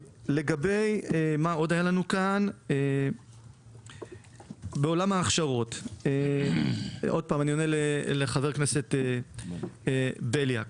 לגבי עולם ההכשרות, אני עונה לחבר הכנסת בליאק.